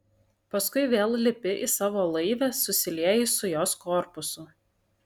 paskui vėl lipi į savo laivę susilieji su jos korpusu